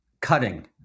cutting